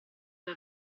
era